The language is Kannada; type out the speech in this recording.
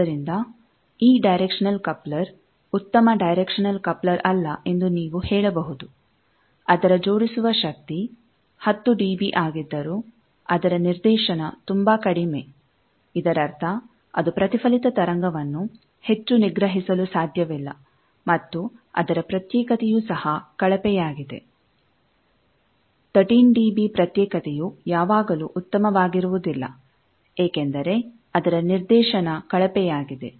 ಆದ್ದರಿಂದ ಈ ಡೈರೆಕ್ಷನಲ್ ಕಪ್ಲರ್ ಉತ್ತಮ ಡೈರೆಕ್ಷನಲ್ ಕಪ್ಲರ್ ಅಲ್ಲ ಎಂದು ನೀವು ಹೇಳಬಹುದು ಅದರ ಜೋಡಿಸುವ ಶಕ್ತಿ 10 ಡಿಬಿ ಆಗಿದ್ದರೂ ಅದರ ನಿರ್ದೇಶನ ತುಂಬಾ ಕಡಿಮೆ ಇದರರ್ಥ ಅದು ಪ್ರತಿಫಲಿತ ತರಂಗವನ್ನು ಹೆಚ್ಚು ನಿಗ್ರಹಿಸಲು ಸಾಧ್ಯವಿಲ್ಲ ಮತ್ತು ಅದರ ಪ್ರತ್ಯೇಕತೆಯು ಸಹ ಕಳಪೆಯಾಗಿದೆ 13ಡಿಬಿ ಪ್ರತ್ಯೇಕತೆಯು ಯಾವಾಗಲೂ ಉತ್ತಮವಾಗಿರುವುದಿಲ್ಲ ಏಕೆಂದರೆ ಅದರ ನಿರ್ದೇಶನ ಕಳಪೆಯಾಗಿದೆ